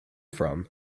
from